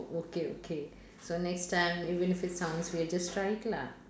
okay okay so next time even if it sounds weird just try it lah